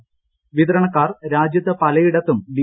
്വിതരണക്കാർ രാജ്യത്ത് പലയിടത്തും ഡി